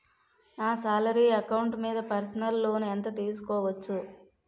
నా salary account మీద personal loan ఎంత తీసుకోవచ్చు?